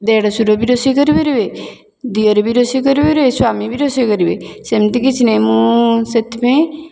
ଦେଢ଼ଶୂର ବି ରୋଷେଇ କରିପାରିବେ ଦିଅର ବି ରୋଷେଇ କରି ପାରିବେ ସ୍ୱାମୀ ବି ରୋଷେଇ କରିବେ ସେମିତି କିଛି ନାଇଁ ମୁଁ ସେଥିପାଇଁ